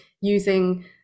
using